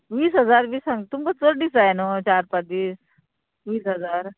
वीस हजार बी सांग तुमकां चड डिसा जाय न्हू चार पांच दीस वीस हजार